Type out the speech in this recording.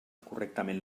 correctament